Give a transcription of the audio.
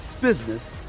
business